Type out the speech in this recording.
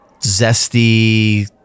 zesty